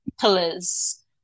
pillars